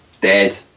dead